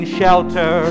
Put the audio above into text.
shelter